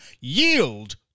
Yield